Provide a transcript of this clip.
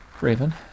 Raven